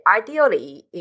ideally